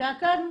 הייתה כאן?